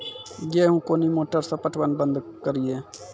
गेहूँ कोनी मोटर से पटवन बंद करिए?